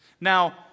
Now